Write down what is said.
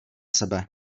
sebe